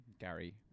Gary